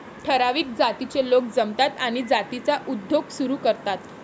ठराविक जातीचे लोक जमतात आणि जातीचा उद्योग सुरू करतात